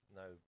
no